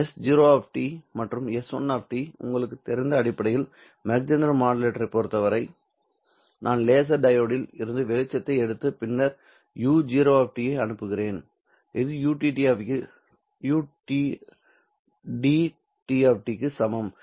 s0 மற்றும் s1 உங்களுக்குத் தெரிந்த அடிப்படையில் மாக் ஜீஹெண்டர் மாடுலேட்டரைப் பொறுத்தவரை நான் லேசர் டையோடில் இருந்து வெளிச்சத்தை எடுத்து பின்னர் u0 ஐ அனுப்புகிறேன் இது ud க்கு சமம்